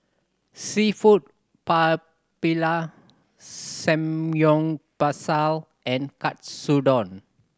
Seafood Paella Samgeyopsal and Katsudon